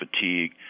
fatigue